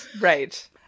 Right